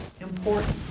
important